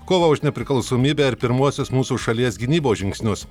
kovą už nepriklausomybę ir pirmuosius mūsų šalies gynybos žingsnius